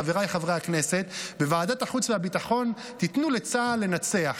חבריי חברי הכנסת בוועדת החוץ והביטחון: תיתנו לצה"ל לנצח.